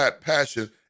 passion